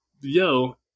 yo